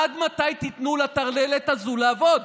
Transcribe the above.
עד מתי תיתנו לטרללת הזו לעבוד?